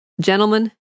Gentlemen